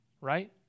right